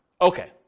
Okay